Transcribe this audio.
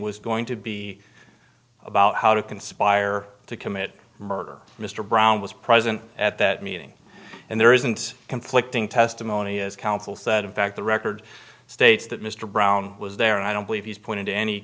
was going to be about how to conspire to commit murder mr brown was present at that meeting and there isn't conflicting testimony as counsel said in fact the record states that mr brown was there and i don't believe he's point